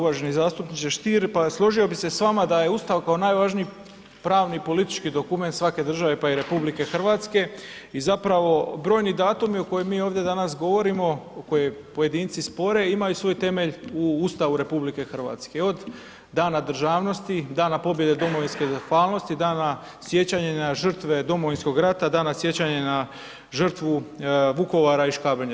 Uvaženi zastupniče Stier, pa složio bi se s vama da je Ustav kao najvažniji pravni i politički dokument svake države pa i RH i zapravo brojni datumi o kojima mi danas ovdje govorimo a koje pojedinci spore, imaju svoj temelj u Ustavu RH, od Dana državnosti, Dana pobjede domovinske zahvalnosti, Dana sjećanja na žrtve Domovinskog rata, Dana sjećanja na žrtvu Vukovara i Škabrnje.